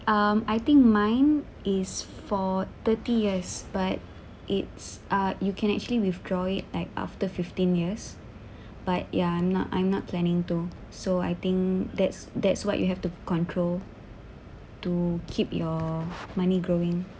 um I think mine is for thirty years but it's uh you can actually withdraw it like after fifteen years but ya I'm not I'm not planning to so I think that's that's what you have to control to keep your money growing